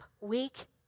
week